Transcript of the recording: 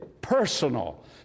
personal